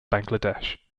bangladesh